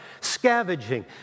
scavenging